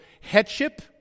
headship